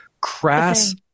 crass